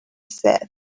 said